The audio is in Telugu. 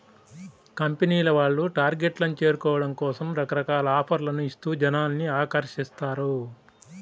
కంపెనీల వాళ్ళు టార్గెట్లను చేరుకోవడం కోసం రకరకాల ఆఫర్లను ఇస్తూ జనాల్ని ఆకర్షిస్తారు